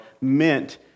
meant